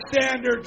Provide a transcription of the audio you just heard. standards